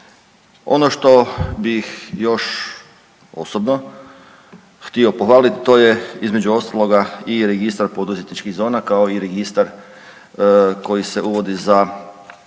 Ono što bih još osobno htio pohvalit, to je između ostaloga i registar poduzetničkih zona kao i registar koji se uvodi za